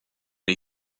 les